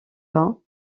pas